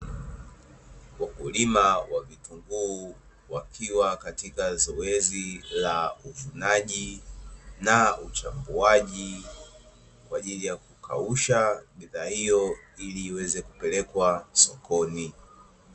Wakulima wa vitinguu wakiwa katika zoezi la uvunaji, na uchambuwaji kwa ajili ya kukausha bidhaa hiyo, ili iweze kupelekwa sokoni.